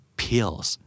pills